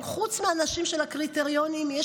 אבל חוץ מהאנשים של הקריטריונים יש